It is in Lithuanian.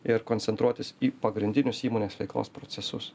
ir koncentruotis į pagrindinius įmonės veiklos procesus